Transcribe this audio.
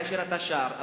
כאשר אתה שר.